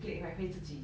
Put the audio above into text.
plate right 会自己